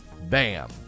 Bam